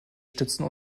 stützen